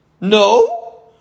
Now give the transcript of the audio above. No